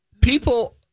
People